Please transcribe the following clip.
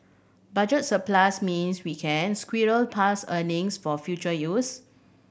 budget surplus means we can squirrel past earnings for future use